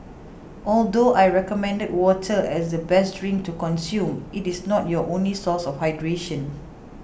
although I recommend water as the best drink to consume it is not your only source of hydration